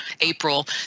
April